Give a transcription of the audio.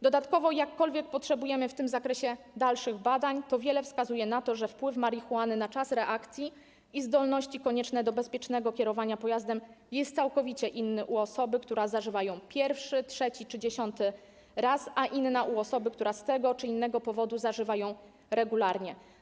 Dodatkowo jakkolwiek potrzebujemy w tym zakresie dalszych badań, to wiele wskazuje na to, że wpływ marihuany na czas reakcji i zdolności koniecznych do bezpiecznego kierowania pojazdem jest całkowicie inny u osoby, która zażywa ją pierwszy, trzeci czy dziesiąty raz, a inny u osoby, która z tego czy innego powodu zażywa ją regularnie.